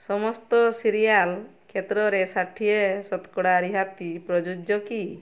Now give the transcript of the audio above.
ସମସ୍ତ ସିରିଅଲ୍ କ୍ଷେତ୍ରରେ ଷାଠିଏ ଶତକଡ଼ା ରିହାତି ପ୍ରଯୁଜ୍ୟ କି